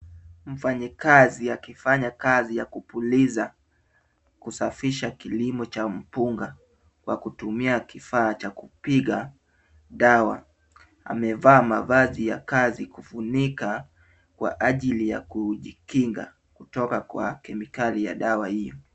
Mfanyakazi akifanya kazi ya kupuliza, kusafisha na kilimo cha mpunga kwa kutumia kifaa cha kupiga dawa . Amevaa mavazi ya kazi kufunika kwa ajili ya kujikinga kutoka kwa kemikali ya dawa hiyo.